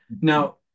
Now